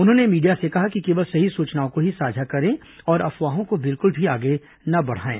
उन्होंने मीडिया से कहा कि केवल सही सूचनाओं को ही साझा करें और अफवाहों को बिलकुल भी आगे न बढाएं